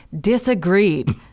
disagreed